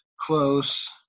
close